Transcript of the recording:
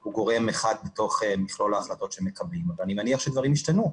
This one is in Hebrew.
הוא גורם אחד בתוך מכלול ההחלטות שמקבלים אבל אני מניח שדברים ישתנו.